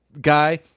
guy